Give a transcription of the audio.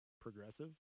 progressive